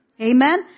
Amen